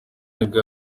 nibwo